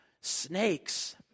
snakes